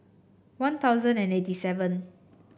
One Thousand and eighty seven